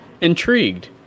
intrigued